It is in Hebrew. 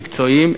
מקצועיים,